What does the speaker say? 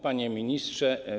Panie Ministrze!